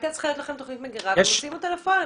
הייתה צריכה להיות לכם תכנית מגירה ומוציאים אותה לפועל.